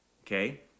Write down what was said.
Okay